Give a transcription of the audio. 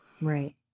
Right